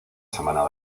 semana